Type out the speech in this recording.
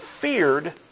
feared